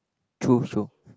true true